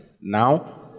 Now